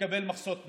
לקבל מכסות מים.